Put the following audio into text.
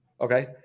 Okay